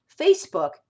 Facebook